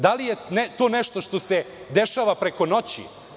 Da li je to nešto što se dešava preko noći?